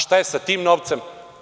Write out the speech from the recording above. Šta je sa tim novcem?